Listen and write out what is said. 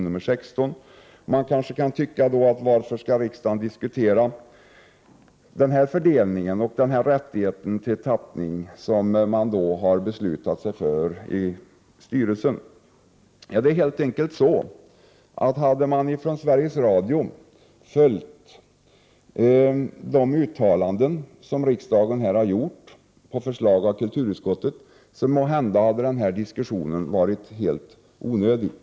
Man kan kanske fråga sig: Varför skall riksdagen diskutera denna fördelning och denna rätt till tappning som styrelsen har beslutat sig för? Det är helt enkelt så, att om Sveriges Radio hade följt de uttalanden som riksdagen har gjort på förslag av kulturutskottet, hade måhända den här diskussionen varit helt onödig.